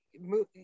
move